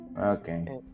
Okay